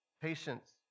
patience